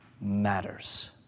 matters